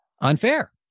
unfair